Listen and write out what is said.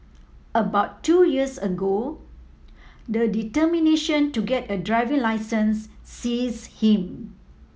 about two years ago the determination to get a driving licence seize him